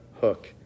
hook